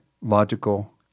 logical